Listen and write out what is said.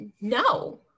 no